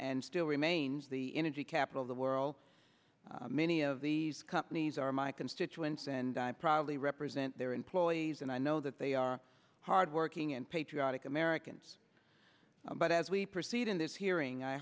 and still remains the energy capital of the world many of these companies are my constituents and i probably represent their employees and i know that they are hardworking and patriotic americans but as we proceed in this hearing i